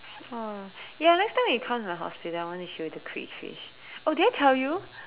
oh next time when you come to my house I want to show you the crayfish oh did I tell you